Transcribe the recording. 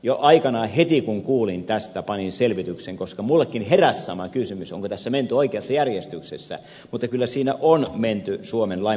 jo aikanaan heti kun kuulin tästä panin selvityksen koska minullekin heräsi sama kysymys onko tässä menty oikeassa järjestyksessä mutta kyllä siinä on menty suomen lain mukaisessa järjestyksessä